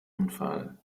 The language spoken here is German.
unfall